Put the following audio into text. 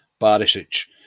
barisic